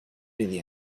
really